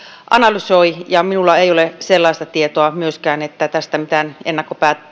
analysoi ja minulla ei ole sellaista tietoa myöskään että tästä mitään ennakkopäätöstä